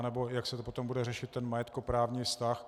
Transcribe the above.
Nebo jak se to potom bude řešit, ten majetkoprávní vztah.